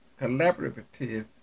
collaborative